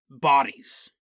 Bodies